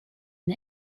the